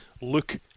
look